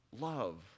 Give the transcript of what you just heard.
Love